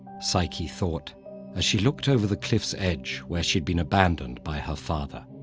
psyche thought as she looked over the cliff's edge where she'd been abandoned by her father.